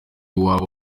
waba